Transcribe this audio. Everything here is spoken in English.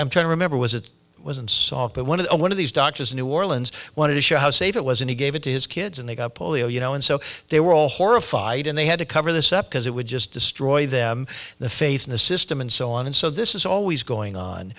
i'm trying to remember was it was unsolved but one of the one of these doctors in new orleans wanted to show how safe it was and he gave it to his kids and they got polio you know and so they were all horrified and they had to cover this up because it would just destroy them the faith in the system and so on and so this is always going on